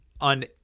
On